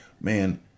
man